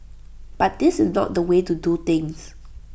but this is not the way to do things